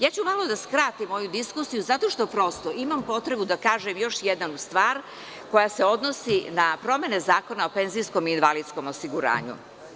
Ja ću malo da skratim moju diskusiju zato što prosto, imam potrebu da kažem još jednu stvar koja se odnosi na promene Zakona o penzijskom i invalidskom osiguranju.